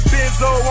Benzo